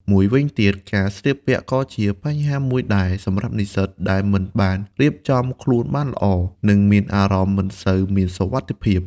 មួយវិញទៀត ការស្លៀកពាក់ក៏៏ជាបញ្ហាមួយដែរ សម្រាប់និស្សិតដែលមិនបានរៀបចំខ្លួនបានល្អ នឹងមានអារម្មណ៍មិនសូវមានសុវត្ថិភាព។